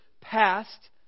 passed